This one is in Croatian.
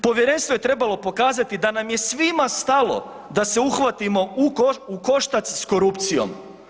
Povjerenstvo je trebalo pokazati da nam je svima stalo da se uhvatimo u koštac sa korupcijom.